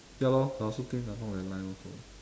ya lor I also think along that line also